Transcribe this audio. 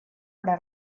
para